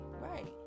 right